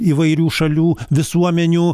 įvairių šalių visuomenių